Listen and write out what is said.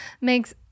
makes